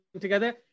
together